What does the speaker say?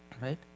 right